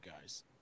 guys